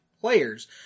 players